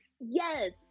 Yes